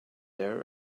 their